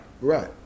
Right